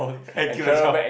and kill the shelf